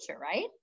right